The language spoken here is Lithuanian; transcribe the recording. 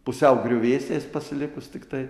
pusiau griuvėsiais pasilikus tiktai